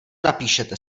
napíšete